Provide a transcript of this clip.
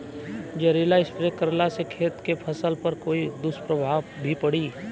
जहरीला स्प्रे करला से खेत के फसल पर कोई दुष्प्रभाव भी पड़ी?